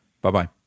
Bye-bye